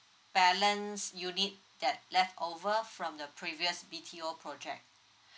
balance unit that leftover from the previous B_T_O project